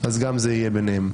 אז גם זה יהיה ביניהם.